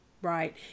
Right